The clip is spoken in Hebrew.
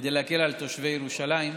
כדי להקל על תושבי ירושלים,